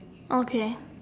okay